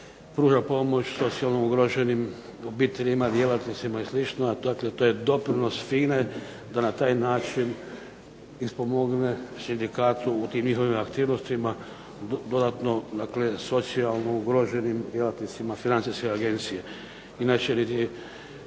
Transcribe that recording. pruža pomoć socijalno ugroženim obiteljima, djelatnicima i slično, dakle to je doprinos FINA-e da na taj način ispomogne sindikatu u tim njihovim aktivnostima dodatno dakle socijalno ugroženim djelatnicima Financijske agencije. Inače